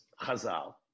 Chazal